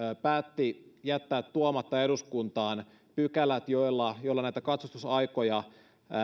päätti jättää tuomatta eduskuntaan pykälät joilla katsastusaikoja